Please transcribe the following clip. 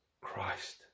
Christ